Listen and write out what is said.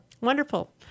Wonderful